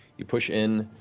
you push in,